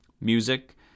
Music